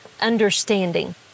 understanding